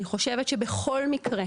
אני חושבת שבכל מקרה,